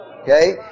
Okay